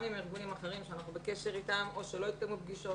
גם עם ארגונים אחרים שאנחנו בקשר איתנו או שלא התקיימו פגישות,